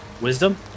Wisdom